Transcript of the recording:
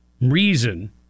reason